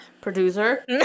Producer